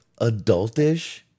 adultish